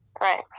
Right